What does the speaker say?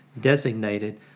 designated